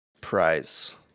prize